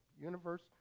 universe